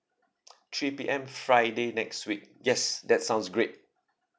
three P_M friday next week yes that sounds great